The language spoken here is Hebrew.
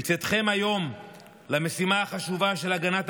בצאתכם היום למשימה החשובה של הגנת